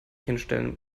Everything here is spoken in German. hinstellen